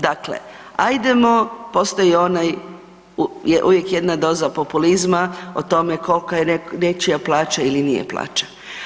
Dakle, ajdemo, postoji uvijek jedna doza populizma o tome kolika je nečija plaća ili nije plaća.